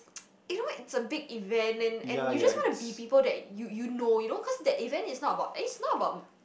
you know right it's a big event and and you just want be people that you you know you know cause that event is not about it's not about